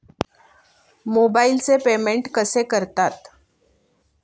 मोबाइलचे पेमेंट कसे करतात?